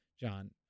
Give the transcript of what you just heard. John